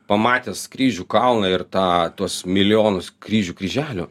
pamatęs kryžių kalną ir tą tuos milijonus kryžių kryželių